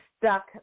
stuck